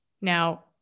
Now